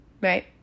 right